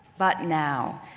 but now,